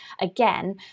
again